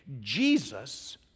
Jesus